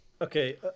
Okay